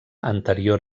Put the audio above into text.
anterior